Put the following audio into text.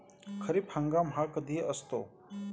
खरीप हंगाम हा कधी असतो?